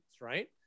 right